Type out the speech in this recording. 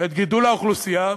את גידול האוכלוסייה